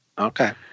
Okay